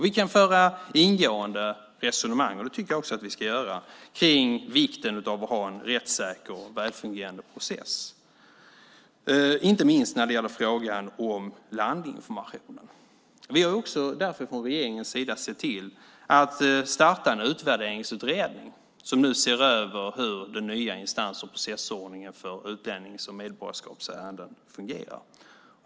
Vi kan föra ingående resonemang - det tycker jag också att vi ska göra - om vikten av att ha en rättssäker och väl fungerande process, inte minst i frågan om landinformation. Därför har vi från regeringens sida sett till att starta en utvärderingsutredning som nu ser över hur den nya instans och processordningen för utlännings och medborgarskapsärenden fungerar.